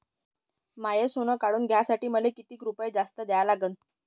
माय सोनं काढून घ्यासाठी मले कितीक रुपये जास्त द्या लागन?